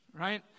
right